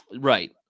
right